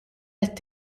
qed